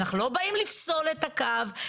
אנחנו לא באים לפסול את הקו,